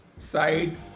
side